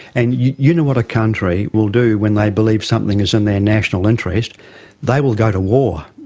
and you you know what a country will do when they believe something is in their national interest they will go to war,